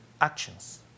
actions